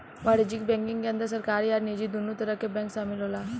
वाणिज्यक बैंकिंग के अंदर सरकारी आ निजी दुनो तरह के बैंक शामिल होला